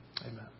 Amen